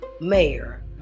mayor